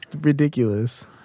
ridiculous